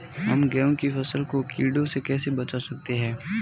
हम गेहूँ की फसल को कीड़ों से कैसे बचा सकते हैं?